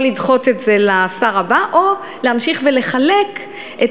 או לדחות את זה לשר הבא או להמשיך ולחלק את